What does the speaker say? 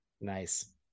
Nice